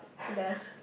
there's